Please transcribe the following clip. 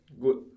good